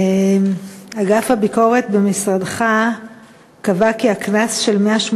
אגף הביקורת במשרדך קבע כי הקנס של 180